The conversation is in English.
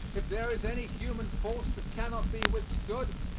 if there is any human force that cannot be withstood,